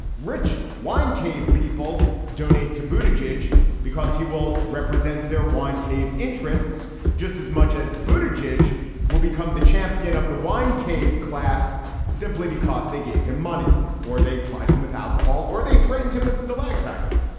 rich whine cave people donate to bhuta jej jej because he will represent their wine cave interests just as much as buddah. jej jej will become the champion of the wine cave class simply because they gave him money or they plied him with alcohol or they threatened him with stalactites.